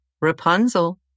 Rapunzel